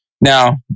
Now